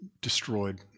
destroyed